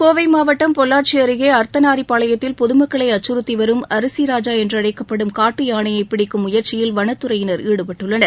கோவை மாவட்டம் பொள்ளாச்சி அருகே பொதுமக்களை அச்சுறத்திவரும் அரிசிராஜா என்றழைக்கப்படும் காட்டு யானையை பிடிக்கும் முயற்சியில் வனத்துறையினா் ஈடுபட்டுள்ளனர்